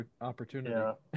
opportunity